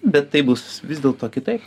bet tai bus vis dėlto kitaip